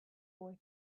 boy